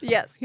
Yes